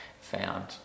found